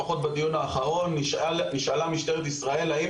לפחות בדיון האחרון נשאלה משטרת ישראל האם